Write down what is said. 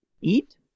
eat